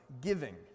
giving